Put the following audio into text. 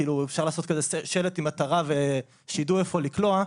כאילו אפשר לעשות כזה שלט עם מטרה ושידעו איפה לקלוע,